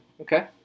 Okay